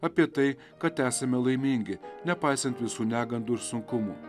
apie tai kad esame laimingi nepaisant visų negandų ir sunkumų